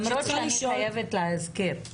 למרות שאני חייבת להזכיר,